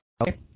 Okay